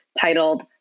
titled